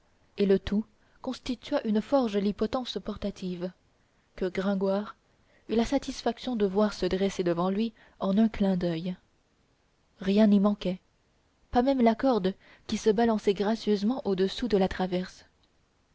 et le tout constitua une fort jolie potence portative que gringoire eut la satisfaction de voir se dresser devant lui en un clin d'oeil rien n'y manquait pas même la corde qui se balançait gracieusement au-dessous de la traverse